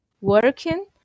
working